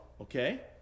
Okay